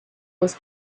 was